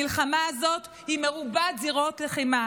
המלחמה הזאת היא מרובת זירות לחימה,